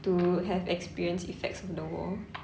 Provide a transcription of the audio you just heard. to have experienced effects of the war